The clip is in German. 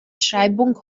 schreibung